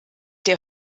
der